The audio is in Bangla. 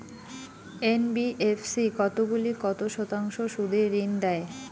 এন.বি.এফ.সি কতগুলি কত শতাংশ সুদে ঋন দেয়?